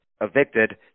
evicted